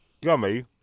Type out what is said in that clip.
gummy